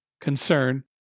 concern